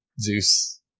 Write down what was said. Zeus